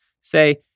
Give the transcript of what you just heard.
say